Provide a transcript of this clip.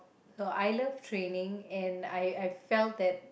so I love training and I I felt that